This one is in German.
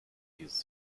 dieses